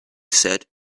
said